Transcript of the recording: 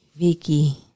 Vicky